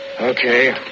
Okay